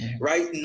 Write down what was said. right